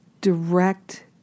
direct